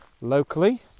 locally